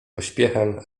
pośpiechem